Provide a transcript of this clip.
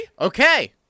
Okay